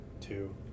two